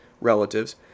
relatives